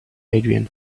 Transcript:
adrian